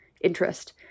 interest